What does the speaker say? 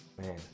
man